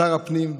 שר הפנים,